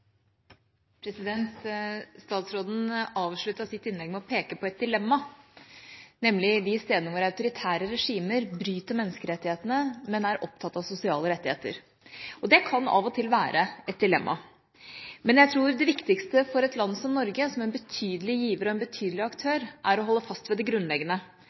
Statsråden avsluttet sitt innlegg med å peke på et dilemma, nemlig de stedene hvor autoritære regimer bryter menneskerettighetene, men er opptatt av sosiale rettigheter. Det kan av og til være et dilemma. Men jeg tror det viktigste for et land som Norge, som en betydelig giver og en betydelig aktør, er å holde fast ved det grunnleggende: